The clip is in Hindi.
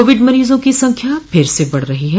कोविड मरीजों की संख्या फिर से बढ रही है